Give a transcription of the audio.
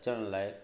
अचण लाइ